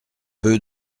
peu